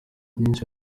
myinshi